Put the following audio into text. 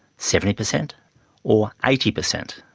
seventy percent or eighty percent?